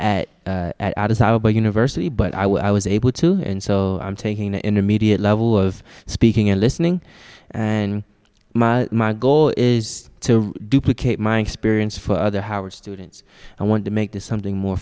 the university but i was able to and so i'm taking the intermediate level of speaking and listening and my goal is to duplicate my experience for other howard students i want to make this something more